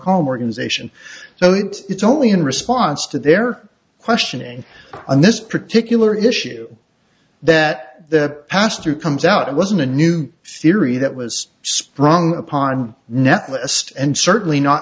home organisation so it's only in response to their questioning on this particular issue that that pass through comes out it wasn't a new theory that was sprung upon netlist and certainly not